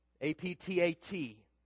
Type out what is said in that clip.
A-P-T-A-T